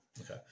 Okay